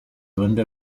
duende